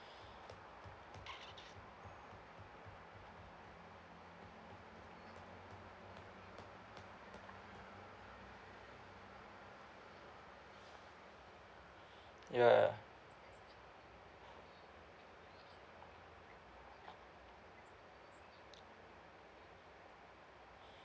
ya